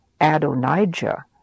Adonijah